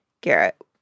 Garrett